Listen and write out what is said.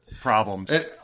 Problems